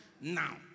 now